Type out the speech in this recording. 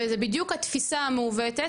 וזו בדיוק התפיסה המעוותת,